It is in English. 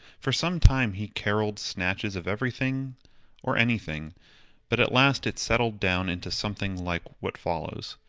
for some time he carolled snatches of everything or anything but at last it settled down into something like what follows.